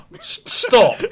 Stop